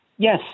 Yes